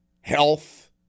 health